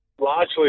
largely